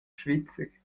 svizzer